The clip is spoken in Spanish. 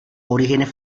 orígenes